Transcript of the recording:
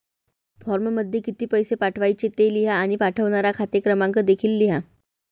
फॉर्ममध्ये किती पैसे पाठवायचे ते लिहा आणि पाठवणारा खाते क्रमांक देखील लिहा